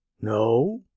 No